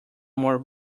more